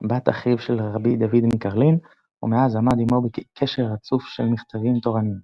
בת אחיו של ר' דוד מקרלין ומאז עמד עימו בקשר רצוף של מכתבים תורניים.